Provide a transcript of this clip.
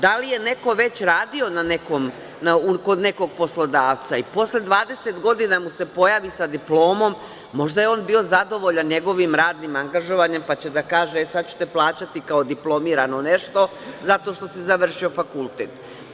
Da li je neko već radio kod nekog poslodavca i posle 20 godina mu se pojavi sa diplomom, možda je on bio zadovoljan njegovim radnim angažovanjem pa će da kaže - sad ću te plaćati kao diplomiranog, zato što si završio fakultet.